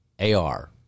AR